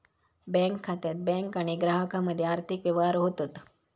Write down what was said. bank खात्यात bank आणि ग्राहकामध्ये आर्थिक व्यवहार होतत